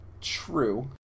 True